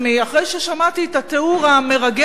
אחרי ששמעתי את התיאור המרגש